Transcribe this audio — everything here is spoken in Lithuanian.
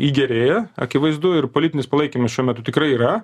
į gerėja akivaizdu ir politinis palaikymas šiuo metu tikrai yra